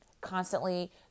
Constantly